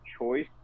choice